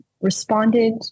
responded